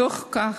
בתוך כך,